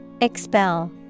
Expel